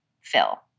fill